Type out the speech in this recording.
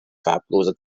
farblose